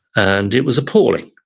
and it was appalling,